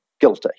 guilty